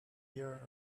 year